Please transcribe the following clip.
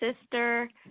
sister